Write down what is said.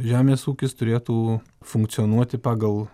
žemės ūkis turėtų funkcionuoti pagal